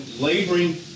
laboring